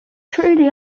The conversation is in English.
truly